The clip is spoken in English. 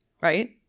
right